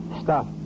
Stop